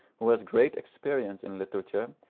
who has great experience in literature,